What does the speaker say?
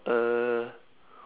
uh